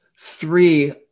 three